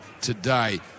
today